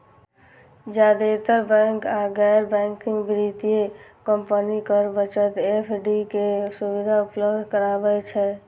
जादेतर बैंक आ गैर बैंकिंग वित्तीय कंपनी कर बचत एफ.डी के सुविधा उपलब्ध कराबै छै